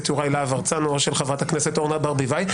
יוראי להב הרצנו או של חברת הכנסת אורנה ברביבאי,